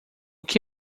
que